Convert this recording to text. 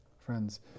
Friends